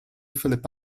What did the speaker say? phillip